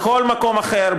בכל מקום אחר,